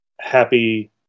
happy